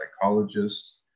psychologists